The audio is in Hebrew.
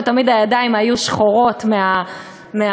ותמיד הידיים היו שחורות מהפיח,